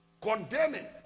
Condemning